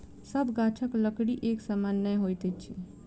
सभ गाछक लकड़ी एक समान नै होइत अछि